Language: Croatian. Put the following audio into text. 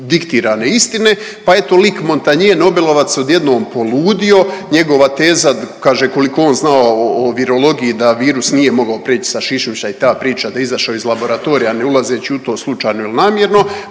diktirane istine, pa eto lik Montagnier Nobelovac odjednom poludio. Njegova teza kaže koliko on zna o virologiji da virus nije mogao prijeći sa šišmiša i ta priča da je izišao iz laboratorija ne ulazeći u to slučajno ili namjerno